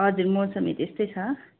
हजुर मौसमी त्यस्तै छ